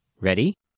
Ready